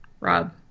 Rob